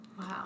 Wow